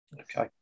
Okay